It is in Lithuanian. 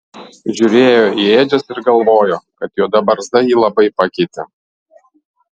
žiūrėjo į ėdžias ir galvojo kad juoda barzda jį labai pakeitė